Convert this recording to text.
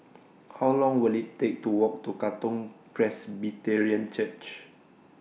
How Long Will IT Take to Walk to Katong Presbyterian Church